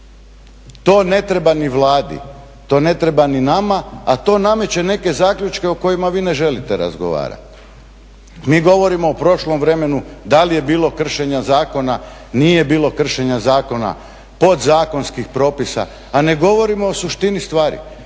To ne treba ni Vladi, to ne treba ni nama, a to nameće neke zaključke o kojima vi ne želite razgovarati. Mi govorimo o prošlom vremenu da li je bilo kršenja zakona, nije bilo kršenja zakona, podzakonskih propisa, a ne govorimo o suštini stvari.